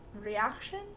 reaction